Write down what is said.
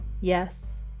Yes